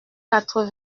quatre